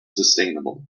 sustainable